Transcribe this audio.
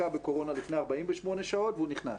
לקה בקורונה לפני 48 שעות והוא נכנס,